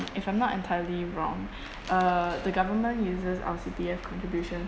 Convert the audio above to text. if I'm not entirely wrong uh the government uses our C_P_F contribution